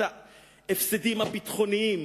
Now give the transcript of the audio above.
את ההפסדים הביטחוניים,